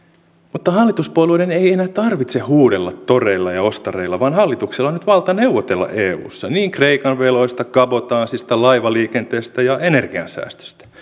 mutta hallituspuolueiden ei ei enää tarvitse huudella toreilla ja ostareilla vaan hallituksella on nyt valta neuvotella eussa niin kreikan veloista kabotaasista laivaliikenteestä kuin energiansäästöstä teillä